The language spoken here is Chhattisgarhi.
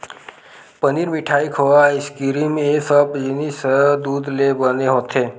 पनीर, मिठाई, खोवा, आइसकिरिम ए सब जिनिस ह दूद ले बने होथे